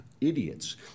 idiots